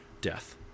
death